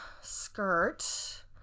skirt